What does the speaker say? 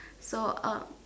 so uh